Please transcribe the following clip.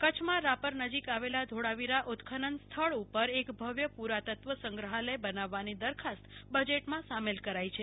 કચ્છમાં રાપર નજીક આવેલા ધોળાવીરા ઉત્ખનન સ્થળ ઉપર એક ભવ્ય પુરાતત્વ સંગ્રહાલય બનાવવાની દરખાસ્ત બજેટમાં સામેલ કરાઇ છે